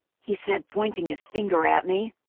he said, pointing his finger at me.